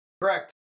Correct